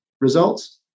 results